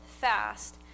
fast